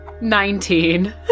Nineteen